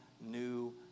new